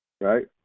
right